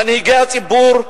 מנהיגי הציבור,